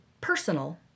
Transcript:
personal